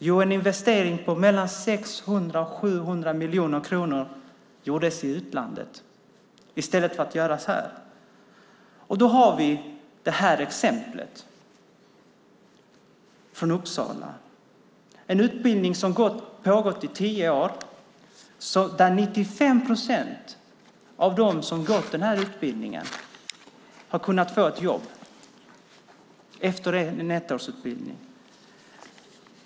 Jo, en investering på mellan 600 och 700 miljoner kronor gjordes i utlandet i stället för att göras här. Då har vi exemplet från Uppsala. Det är en utbildning som har pågått i tio år. 95 procent av dem som har gått utbildningen har kunnat få ett jobb. Det är efter en ettårsutbildning.